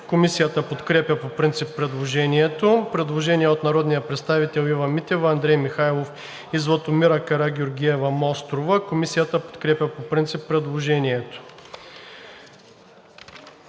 Комисията подкрепя по принцип предложението. Предложение на народните представители Ива Митева, Андрей Михайлов и Златомира Карагеоргиева-Мострова. Комисията подкрепя по принцип предложението.